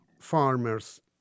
farmers